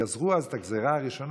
גזרו אז את הגזרה הראשונה,